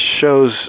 shows